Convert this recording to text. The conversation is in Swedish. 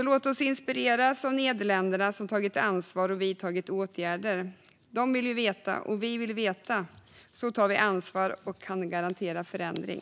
Låt oss inspireras av Nederländerna, som tagit ansvar och vidtagit åtgärder! De vill veta, och vi vill veta. Så tar vi ansvar, och så kan vi garantera förändring.